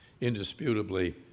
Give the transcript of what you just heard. indisputably